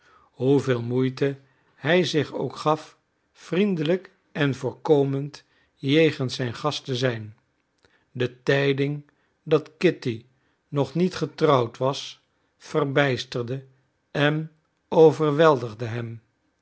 hoeveel moeite hij zich ook gaf vriendelijk en voorkomend jegens zijn gast te zijn de tijding dat kitty nog niet getrouwd was verbijsterde en overweldigde hem